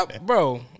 bro